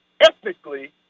ethnically